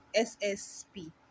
SSP